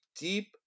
deep